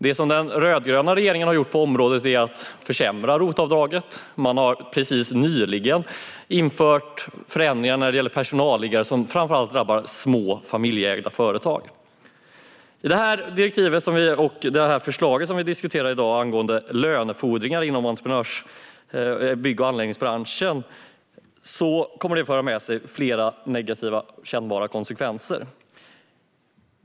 Det som den rödgröna regeringen har gjort på området är att försämra ROT-avdraget, och man har precis nyligen infört förändringar när det gäller personalliggare, som framför allt drabbar små, familjeägda företag. Förslaget som vi diskuterar i dag angående lönefordringar inom bygg och anläggningsbranschen kommer att föra med sig flera negativa och kännbara konsekvenser.